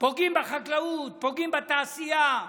פוגעים בחקלאות, פוגעים בתעשייה,